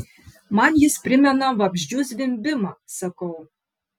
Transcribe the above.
man jis primena vabzdžių zvimbimą sakau